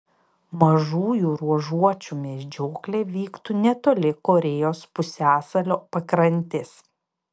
mažųjų ruožuočių medžioklė vyktų netoli korėjos pusiasalio pakrantės